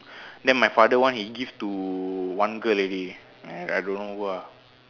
then my father one he give to one girl already I don't know who ah